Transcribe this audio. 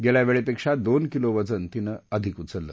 गेल्या वेळेपेक्षा दोन किलो वजन तिनं अधिक उचललं